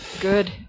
good